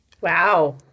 Wow